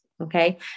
Okay